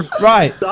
Right